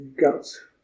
Guts